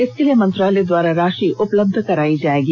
इसके लिए मंत्रालय के द्वारा राशि उपलब्ध कराई जाएगी